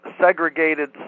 segregated